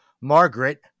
Margaret